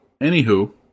anywho